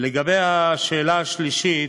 לגבי השאלה השלישית,